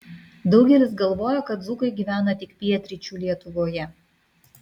daugelis galvoja kad dzūkai gyvena tik pietryčių lietuvoje